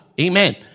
Amen